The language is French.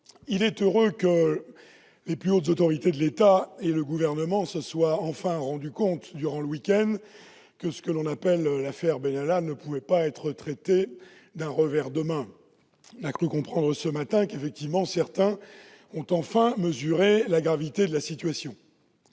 il est heureux que les plus hautes autorités de l'État et le Gouvernement se soient enfin rendu compte, durant le week-end, que ce que l'on appelle désormais « l'affaire Benalla » ne pouvait pas être traité d'un revers de main. En effet, nous avons cru comprendre, ce matin, que certains avaient enfin mesuré la gravité de la situation.